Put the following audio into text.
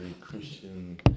Christian